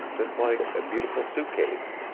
just like a beautiful suitcase,